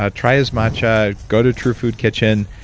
ah try his matcha, go to true food kitchen.